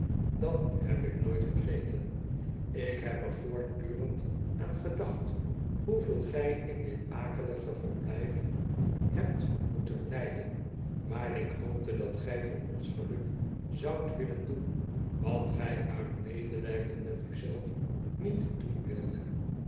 dat heb ik nooit vergeten ik heb er voortdurend aan ge dacht hoeveel gij in dit akelige verblijf hebt moeten lijden maar ik hoopte dat gij voor ons geluk zoudt willen doen wat gij uit medelijden met u zelf niet doen wildet